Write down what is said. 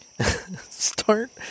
start